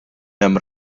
hemm